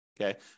okay